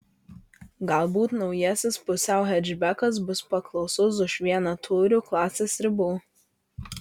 galbūt naujasis pusiau hečbekas bus paklausus už vienatūrių klasės ribų